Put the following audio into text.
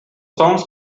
songs